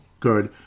good